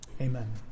Amen